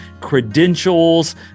credentials